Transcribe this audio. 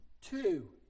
two